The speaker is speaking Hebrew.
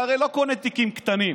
אתה הרי לא קונה תיקים קטנים.